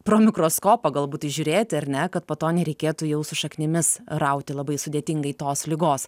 pro mikroskopą galbūt įžiūrėti ar ne kad po to nereikėtų jau su šaknimis rauti labai sudėtingai tos ligos